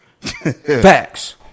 Facts